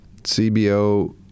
CBO